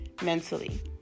mentally